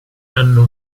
hanno